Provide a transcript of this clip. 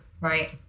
Right